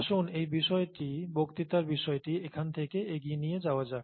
আসুন এই বক্তৃতায় বিষয়টি এখান থেকে এগিয়ে নিয়ে যাওয়া যাক